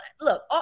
look